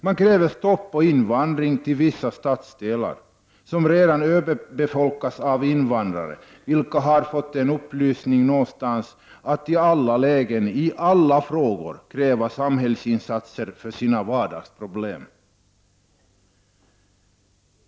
Man kräver stopp för invandring till vissa stadsdelar som redan överbefolkas av invandrare. Dessa har fått upplysningen att i alla lägen och i alla frågor kräva samhällsinsatser för att få en lösning på sina vardagsproblem.